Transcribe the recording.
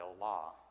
law